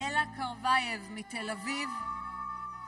אלה קרווייב מתל אביב